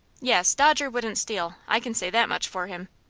yes, dodger wouldn't steal i can say that much for him.